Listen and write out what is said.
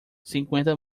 cinquenta